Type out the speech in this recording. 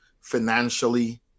financially